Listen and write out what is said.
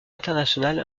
internationale